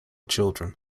children